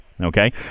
okay